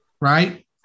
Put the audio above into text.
right